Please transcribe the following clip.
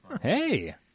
Hey